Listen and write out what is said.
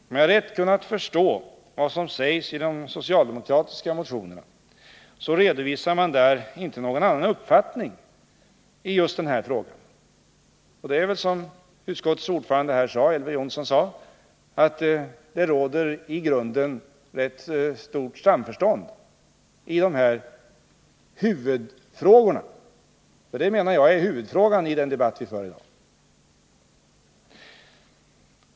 Om jag rätt har förstått vad som sägs i de socialdemokratiska motionerna, så redovisar man där inte någon annan uppfattning i just den här frågan. Det är väl så, som utskottets ordförande Elver Jonsson sade, att det i grunden råder rätt stort samförstånd i denna huvudfråga — och jag menar att detta är huvudfrågan i den debatt vi för i dag.